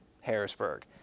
Harrisburg